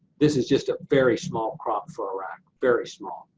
this is just a very small crop for iraq. very small.